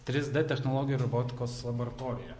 trys d technologijų robotikos laboratorijoje